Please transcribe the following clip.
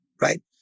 right